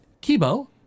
Kibo